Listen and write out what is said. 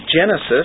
Genesis